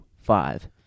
Five